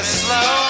slow